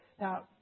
now